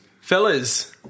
fellas